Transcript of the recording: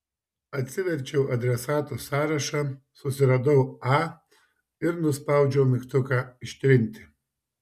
atsiverčiau adresatų sąrašą susiradau a ir nuspaudžiau mygtuką ištrinti